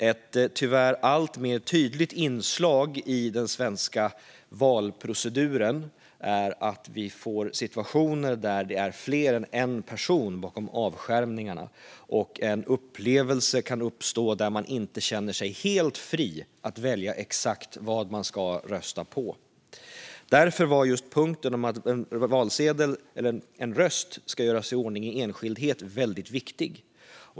Ett tyvärr alltmer tydligt inslag i den svenska valproceduren är att vi får situationer där det är fler än en person bakom avskärmningarna. En upplevelse kan uppstå där man inte känner sig helt fri att välja exakt vad man ska rösta på. Därför var just punkten om att en röst ska göras i ordning i avskildhet väldigt viktig.